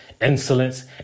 insolence